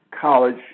College